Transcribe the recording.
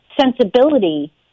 sensibility